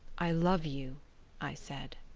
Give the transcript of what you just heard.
i love you i said.